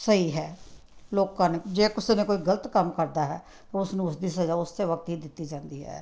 ਸਹੀ ਹੈ ਲੋਕਾਂ ਨੇ ਜੇ ਕਿਸੇ ਨੇ ਕੋਈ ਗਲਤ ਕੰਮ ਕਰਦਾ ਹੈ ਉਸ ਨੂੰ ਉਸ ਦੀ ਸਜ਼ਾ ਉਸੇ ਵਕਤ ਹੀ ਦਿੱਤੀ ਜਾਂਦੀ ਹੈ